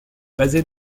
basée